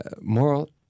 moral